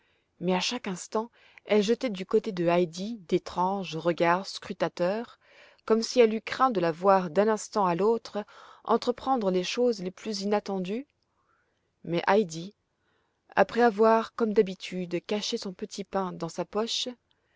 mais à chaque instant elle jetait du côté de heidi d'étranges regards scrutateurs comme si elle eût craint de la voir d'un instant à l'autre entreprendre les choses les plus inattendues mais heidi après avoir comme d'habitude caché son petit pain dans sa poche